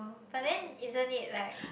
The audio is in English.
but then isn't it like